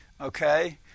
Okay